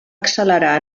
accelerar